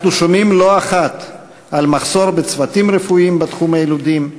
אנחנו שומעים לא אחת על מחסור בצוותים רפואיים בתחום היילודים,